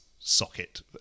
Socket